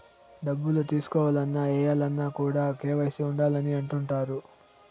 డబ్బులు తీసుకోవాలన్న, ఏయాలన్న కూడా కేవైసీ ఉండాలి అని అంటుంటారు